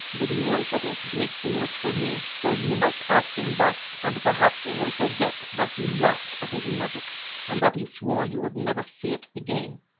but he won't set his snake to work for me. so you must ask him, baas, and perhaps he will forget that you laughed at his magic and that he swore you would never see it again.